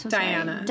diana